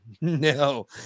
no